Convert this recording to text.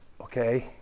Okay